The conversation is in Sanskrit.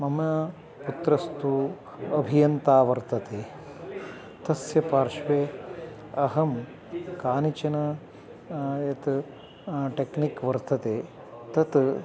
मम पुत्रस्तु अभियन्ता वर्तते तस्य पार्श्वे अहं कानिचन यत् टेक्निक् वर्तते तत्